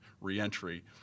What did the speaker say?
reentry